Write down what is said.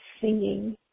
singing